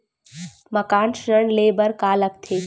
मकान ऋण ले बर का का लगथे?